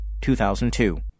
2002